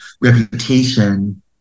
reputation